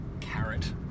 Carrot